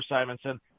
Simonson